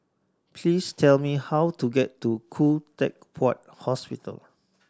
please tell me how to get to Khoo Teck Puat Hospital